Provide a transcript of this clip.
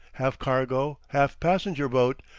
half cargo, half passenger boat,